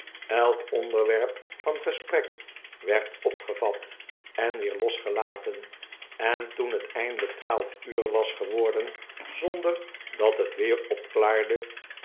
elk onderwerp van gesprek werd opgevat en weer losgelaten en toen het eindelijk twaalf uur was geworden zonder dat het weer opklaarde